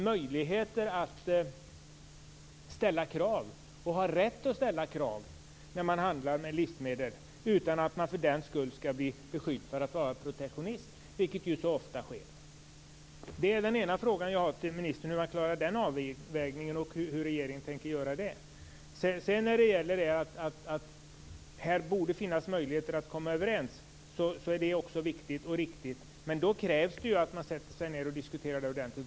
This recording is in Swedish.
Man måste ha möjligheter och rätt att ställa krav när man handlar med livsmedel utan att utsättas för beskyllningar att vara protektionist, vilket ju så ofta är fallet. Hur klarar regeringen den avvägningen? Det borde finnas möjligheter att komma överens, men då krävs det ju att man sätter sig ned och diskuterar ordentligt.